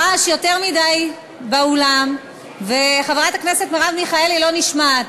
יותר מדי רעש באולם וחברת הכנסת מרב מיכאלי לא נשמעת.